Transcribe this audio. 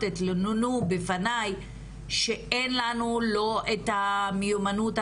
התלוננו בפני שאין לנו לא את המיומנות המקצועית,